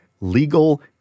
legal